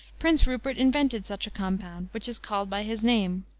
prince rupert invented such a compound, which is called by his name.